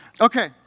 Okay